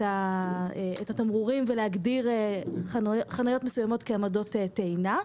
התמרורים ולהגדיר חניות מסוימות כעמדות טעינה.